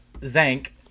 Zank